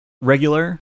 regular